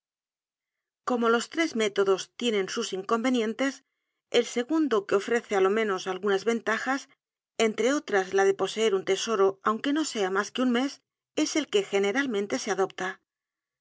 como los tres métodos tienen sus inconvenientes el segundo que ofrece á lo menos algunas ventajas entre otras la de poseer un tesoro aunque no sea mas que un mes es el que generalmente se adopta